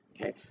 Okay